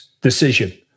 decision